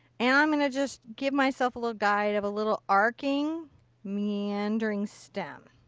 and i'm going to just give myself a little guide of a little arcing meandering stem.